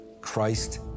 Christ